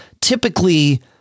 typically